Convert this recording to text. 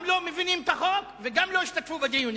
גם לא מבינים את החוק וגם לא השתתפו בדיונים.